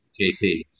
JP